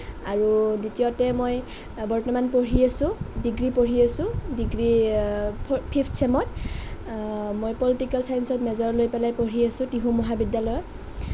আৰু দ্বিতীয়তে মই বৰ্তমান পঢ়ি আছোঁ ডিগ্ৰী পঢ়ি আছোঁ ডিগ্ৰী ফিফঠ চেমত মই পলিটিকেল চায়েঞ্চত মেজৰ লৈ পঢ়ি আছোঁ তিহু মহাবিদ্যালয়ত